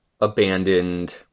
abandoned